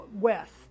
West